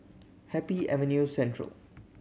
Happy Avenue Central